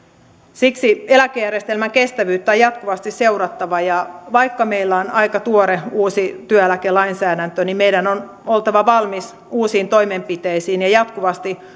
siksi eläkejärjestelmän kestävyyttä on jatkuvasti seurattava vaikka meillä on aika tuore uusi työeläkelainsäädäntö niin meidän on oltava valmiita uusiin toimenpiteisiin ja jatkuvasti